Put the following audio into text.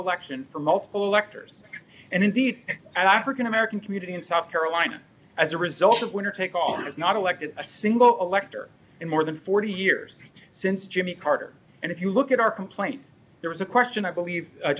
election for multiple electors and indeed an african american community in south carolina as a result of winner take all has not elected a single elector in more than forty years since jimmy carter and if you look at our complaint there was a question i believe